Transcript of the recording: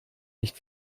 nicht